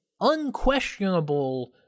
unquestionable